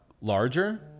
larger